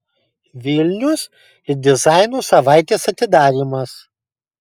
vilnius ir dizaino savaitės atidarymas